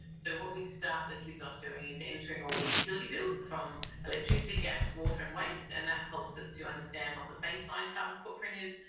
so what we start the kids off doing is entering all the utility bills, from electricity, gas, water and waste, and that helps us to understand what the baseline carbon footprint is,